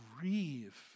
grieve